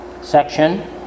section